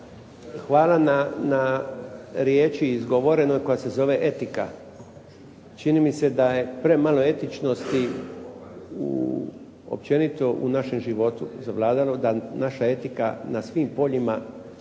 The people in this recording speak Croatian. Hvala na riječi izgovorenoj koja se zove etika. Čini mi se da je premalo etičnosti općenito u našem životu zavladalo da naša etika na svim poljima,